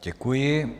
Děkuji.